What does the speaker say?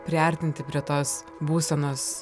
priartinti prie tos būsenos